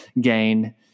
gain